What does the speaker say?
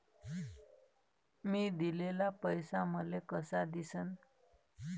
मी दिलेला पैसा मले कसा दिसन?